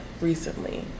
recently